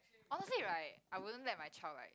honestly right I wouldn't let my child right